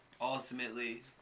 ultimately